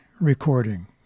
recording